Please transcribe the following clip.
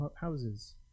houses